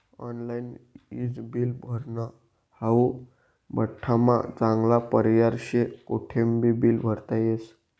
online ईज bill भरनं हाऊ बठ्ठास्मा चांगला पर्याय शे, कोठेबी बील भरता येस